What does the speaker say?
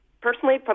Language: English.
Personally